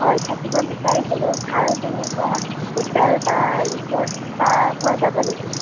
হয় থাকিব বিচাৰিছিলোঁ ভাল তেনেকুৱা হোটেল বা ৰিচৰ্ট পা পোৱা যাব নেকি